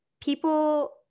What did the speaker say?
people